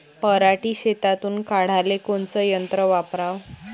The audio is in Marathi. पराटी शेतातुन काढाले कोनचं यंत्र वापराव?